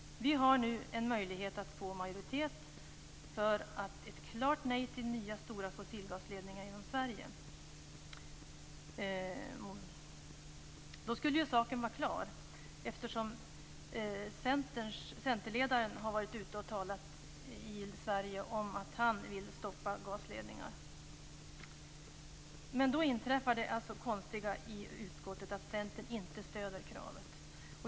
Vi har nu en möjlighet att få majoritet för ett klart nej till nya stora fossilgasledningar genom Sverige. Då skulle saken vara klar, eftersom centerledaren har varit ute i Sverige och talat om att han vill stoppa gasledningar. Men då inträffar det konstiga i utskottet att Centern inte stöder kravet.